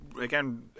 Again